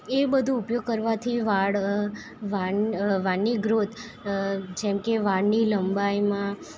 એ બધો ઉપયોગ કરવાથી વાળ વાળની ગ્રોથ જેમકે વાળની લંબાઈમાં